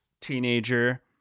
teenager